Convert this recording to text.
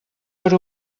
per